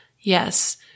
Yes